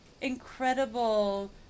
incredible